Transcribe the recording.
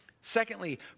Secondly